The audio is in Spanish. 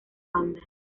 banda